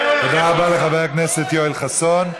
תודה רבה לחבר הכנסת יואל חסון.